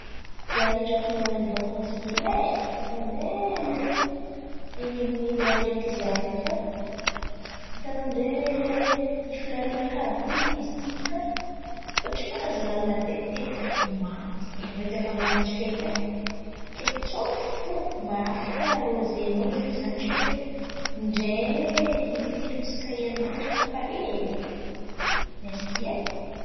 Izaho drako andeha han̈ano vakansy hely e, andeha an̈ivon̈ivo an̈y ndraiky izaho io fa hitanao amin'izay i folera-nakà àby ity, izy ity bôkà kôa tsy mahazo rano matetiky maty, hainao edy hafan̈ana amintsika eto e. Kay tsao fo mba afaka arôzenao izy io izaho tsy eo, ndray in-telo isaka herinandra efa pare edy, mersy e.